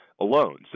alone